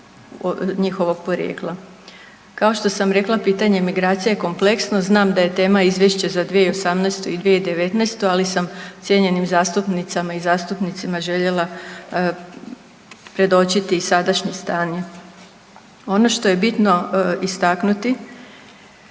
njihovog porijekla. Kao što sam rekla pitanje migracija je kompleksno. Znam da je tema Izvješće za 2018. i 2019. Ali sam cijenjenim zastupnicama i zastupnicima željela predočiti i sadašnje stanje. Ono što je bitno istaknuti